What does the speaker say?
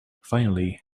finally